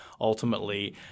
ultimately